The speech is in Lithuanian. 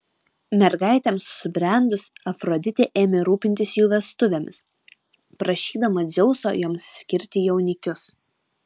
mergaitėms subrendus afroditė ėmė rūpintis jų vestuvėmis prašydama dzeuso joms skirti jaunikius